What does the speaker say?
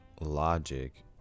logic